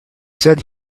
said